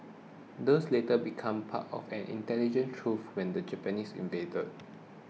these later become part of an intelligence trove when the Japanese invaded